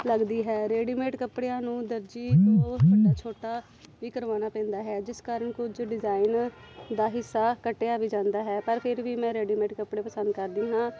ਲੱਗਦੀ ਹੈ ਰੇਡੀਮੇਟ ਕੱਪੜਿਆਂ ਨੂੰ ਦਰਜੀ ਤੋਂ ਛੋਟਾ ਵੀ ਕਰਵਾਉਣਾ ਪੈਂਦਾ ਹੈ ਜਿਸ ਕਾਰਨ ਕੁਝ ਡਿਜ਼ਾਈਨ ਦਾ ਹਿੱਸਾ ਕੱਟਿਆ ਵੀ ਜਾਂਦਾ ਹੈ ਪਰ ਫਿਰ ਵੀ ਮੈਂ ਰੈਡੀਮੇਟ ਕੱਪੜੇ ਪਸੰਦ ਕਰਦੀ ਹਾਂ